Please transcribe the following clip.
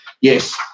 yes